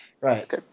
Right